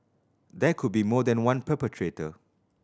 there could be more than one perpetrator